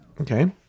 okay